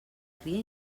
cria